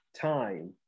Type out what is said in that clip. time